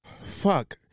Fuck